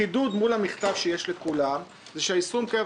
החידוד מול המכתב שיש לכולם זה שיישום הקבע